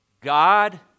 God